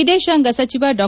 ವಿದೇಶಾಂಗ ಸಚಿವ ಡಾ